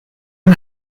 run